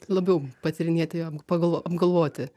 labiau patyrinėti ją pagal apgalvoti